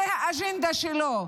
זאת האג'נדה שלו,